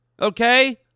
Okay